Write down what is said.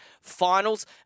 finals